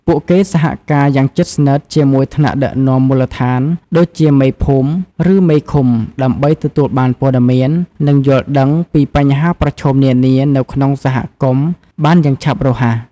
ពួកគេសហការយ៉ាងជិតស្និទ្ធជាមួយថ្នាក់ដឹកនាំមូលដ្ឋាន ដូចជាមេភូមិ ឬមេឃុំ ដើម្បីទទួលបានព័ត៌មាន និងយល់ដឹងពីបញ្ហាប្រឈមនានានៅក្នុងសហគមន៍បានយ៉ាងឆាប់រហ័ស។